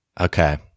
Okay